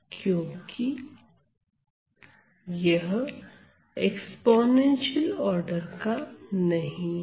क्योंकि यह exponential order का नहीं है